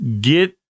Get